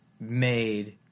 made